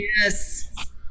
Yes